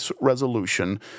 resolution